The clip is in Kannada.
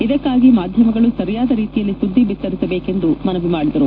ಇದಕ್ಕಾಗಿ ಮಾಧ್ಯಮಗಳು ಸರಿಯಾದ ರೀತಿಯಲ್ಲಿ ಸುದ್ದಿ ಬಿತ್ತರಿಸಬೇಕು ಎಂದು ಅವರುಗಳು ಮನವಿ ಮಾಡಿದರು